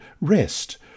rest